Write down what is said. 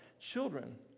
Children